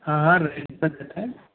हाँ हाँ रजिस्ट्रेशन रहता है